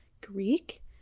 Greek